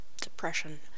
depression